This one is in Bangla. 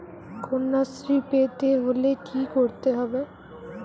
কন্যাশ্রী পেতে হলে কি করতে হবে?